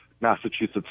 Massachusetts